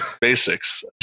basics